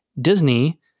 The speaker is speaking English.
Disney